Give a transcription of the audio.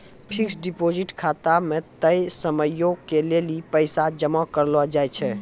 fixed deposit खाता मे तय समयो के लेली पैसा जमा करलो जाय छै